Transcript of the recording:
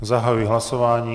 Zahajuji hlasování.